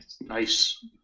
Nice